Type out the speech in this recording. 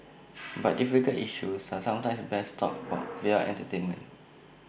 but difficult issues are sometimes best talked about via entertainment